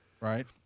Right